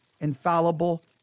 infallible